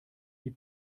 die